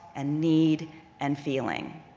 and need and feeling.